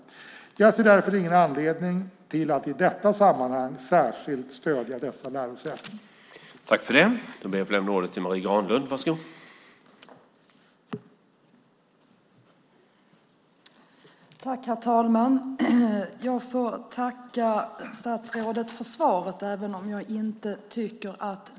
Jag ser därför ingen anledning till att i detta sammanhang särskilt stödja dessa lärosäten. Då Mikael Damberg, som framställt två av interpellationerna, anmält att han var förhindrad att närvara vid sammanträdet medgav förste vice talmannen att Marie Granlund i stället fick delta i överläggningen.